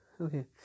Okay